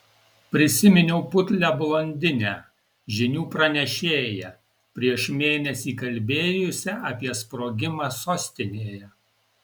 prisiminiau putlią blondinę žinių pranešėją prieš mėnesį kalbėjusią apie sprogimą sostinėje